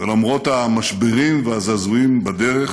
למרות המשברים והזעזועים בדרך,